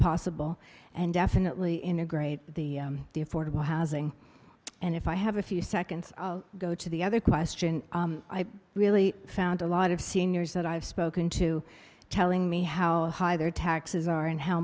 possible and definitely integrate the the affordable housing and if i have a few seconds i'll go to the other question i really found a lot of seniors that i've spoken to telling me how high their taxes are and how